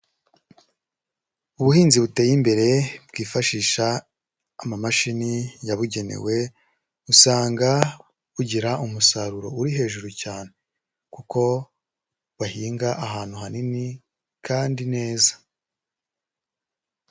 Ubuhinzi buteye imbere bwifashisha amamashini yabugenewe, usanga bugira umusaruro uri hejuru cyane kuko bahinga ahantu hanini kandi neza.